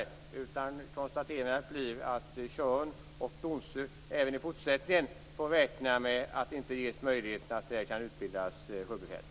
Tjörn och Donsö får tydligen även i fortsättningen räkna med att det inte ges möjlighet att där utbilda sjöbefäl.